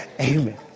Amen